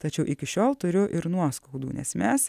tačiau iki šiol turiu ir nuoskaudų nes mes